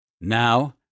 Now